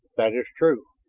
that is true.